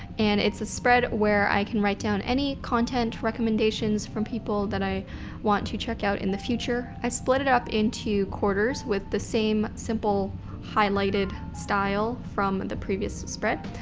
and it's a spread where i can write down any content recommendations from people that i want to check out in the future. i've split it up into quarters with the same simple highlighted style from the previous spread.